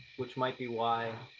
which might be why.